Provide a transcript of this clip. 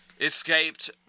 escaped